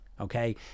okay